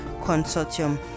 Consortium